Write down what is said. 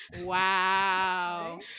wow